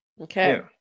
Okay